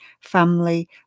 family